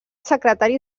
secretari